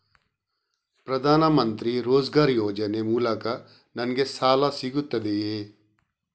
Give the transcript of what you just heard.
ಪ್ರದಾನ್ ಮಂತ್ರಿ ರೋಜ್ಗರ್ ಯೋಜನೆ ಮೂಲಕ ನನ್ಗೆ ಸಾಲ ಸಿಗುತ್ತದೆಯೇ?